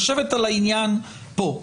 לשבת על העניין פה,